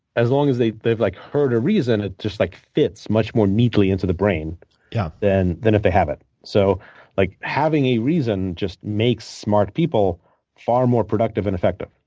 as long as they've they've like heard a reason, it just like fits much more neatly into the brain yeah than than if they haven't. so like having a reason just makes smart people far more productive and effective.